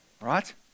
right